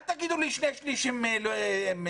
ואל תגידו לי ששני-שליש הם לא טובים.